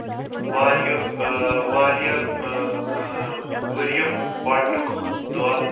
واریاہ واریاہ ؤرۍ یُک گۄڈٕنیُک دۄہ